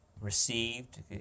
received